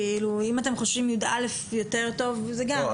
כאילו, אם אתם חושבים י"א יותר טוב, זה גם.